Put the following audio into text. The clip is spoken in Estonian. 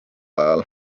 ajal